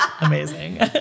amazing